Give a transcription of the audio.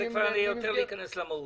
זה יותר להיכנס למהות.